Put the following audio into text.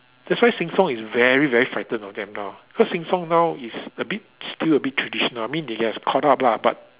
that's why Sheng-Siong is very very frightened of them now cause Sheng-Siong now is a bit still a bit traditional I mean it has caught up lah but